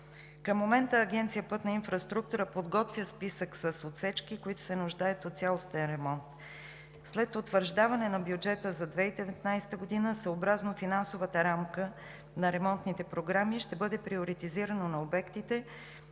Към момента Агенция „Пътна инфраструктура“ подготвя списък с отсечки, които се нуждаят от цялостен ремонт. След утвърждаване на бюджета за 2019 г., съобразно финансовата рамка на ремонтните програми, ще бъде приоритизиране на обектите